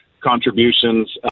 contributions